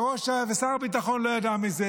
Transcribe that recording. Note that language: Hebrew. ושר הביטחון לא ידע מזה